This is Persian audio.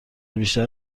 بیشتر